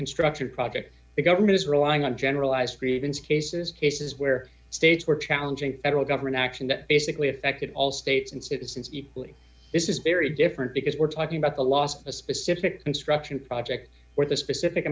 construction project the government is relying on generalized grievance cases cases where states were challenging federal government action that basically affected all states and citizens equally this is very different because we're talking about the loss of a specific construction project where the specific